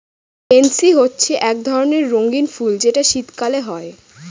pansy হচ্ছে এক ধরণের রঙ্গীন ফুল যেটা শীতকালে হয়